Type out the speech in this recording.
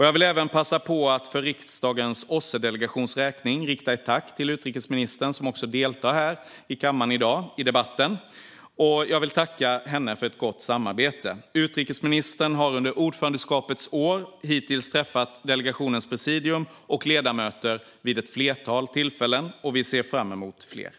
Jag vill även passa på att för riksdagens OSSE-delegations räkning rikta ett tack till utrikesministern, som också deltar här i kammaren i dagens debatt. Jag vill tacka henne för ett gott samarbete. Utrikesministern har under ordförandeskapets år hittills träffat delegationens presidium och ledamöter vid ett flertal tillfällen, och vi ser fram emot fler.